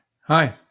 Hi